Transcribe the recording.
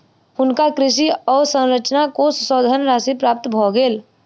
हुनका कृषि अवसंरचना कोष सँ धनराशि प्राप्त भ गेल